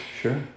sure